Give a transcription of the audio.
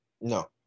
No